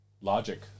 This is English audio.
logic